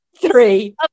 three